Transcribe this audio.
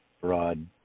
Broad